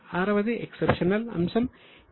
VI వది exceptional అంశం